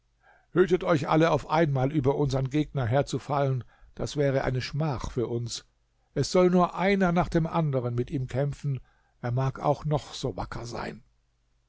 hütet euch alle auf einmal über unsern gegner herzufallen das wäre eine schmach für uns es soll nur einer nach dem anderen mit ihm kämpfen er mag auch noch so wacker sein